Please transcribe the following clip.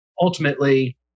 Ultimately